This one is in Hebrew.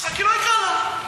יצחקי לא ייגע בו.